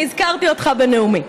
אני הזכרתי אותך בנאומי.